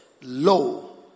lo